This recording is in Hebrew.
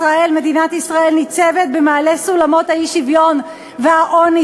מדינת ישראל ניצבת במעלה סולמות האי-שוויון והעוני,